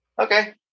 okay